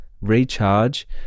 recharge